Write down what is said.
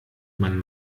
man